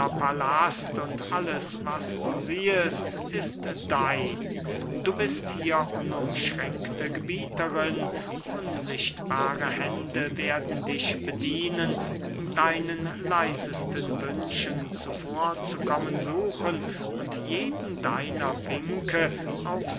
palast und alles was du siehest ist dein du bist hier unumschränkte gebieterin unsichtbare hände werden dich bedienen deinen leisesten wünschen zuvorzukommen suchen und jeden deiner winke aufs